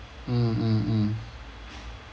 mm mm mm